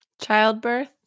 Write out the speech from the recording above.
childbirth